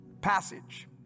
passage